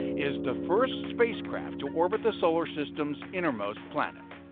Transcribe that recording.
is the first spacecraft to orbit the solar system's innermost planet.